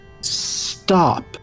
stop